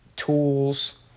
tools